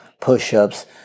push-ups